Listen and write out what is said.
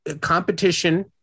competition